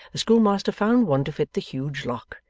the schoolmaster found one to fit the huge lock,